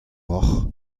ocʼh